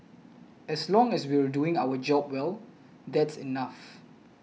as long as we're doing our job well that's enough